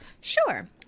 Sure